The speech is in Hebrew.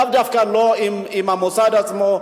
לאו דווקא עם המוסד עצמו,